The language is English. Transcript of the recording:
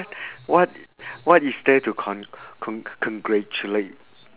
what what is there to con~ con~ congratulate